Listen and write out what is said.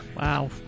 Wow